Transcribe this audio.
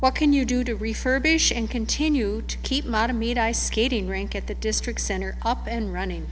what can you do to refurbish and continue to keep madam eat ice skating rink at the district center up and running